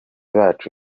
bacu